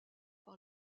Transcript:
par